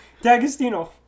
D'Agostino